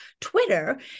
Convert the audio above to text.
Twitter